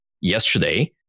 yesterday